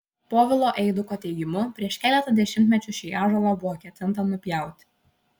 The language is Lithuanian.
povilo eiduko teigimu prieš keletą dešimtmečių šį ąžuolą buvo ketinta nupjauti